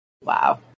Wow